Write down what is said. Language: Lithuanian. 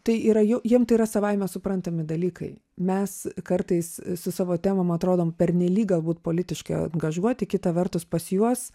tai yra jiem tai yra savaime suprantami dalykai mes kartais su savo temom atrodom pernelyg galbūt politiškai angažuoti kita vertus pas juos